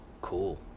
cool